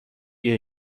بیا